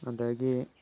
ꯑꯗꯒꯤ